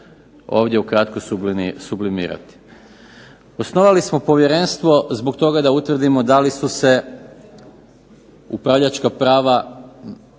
ovdje sublimirati. Osnovali smo Povjerenstvo zbog toga da utvrdimo da li su se upravljačka prava